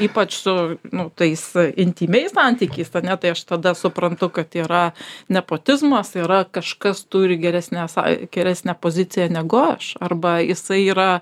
ypač su nu tais intymiais santykiais ane tai aš tada suprantu kad yra nepotizmas yra kažkas turi geresnes geresnę poziciją negu aš arba jisai yra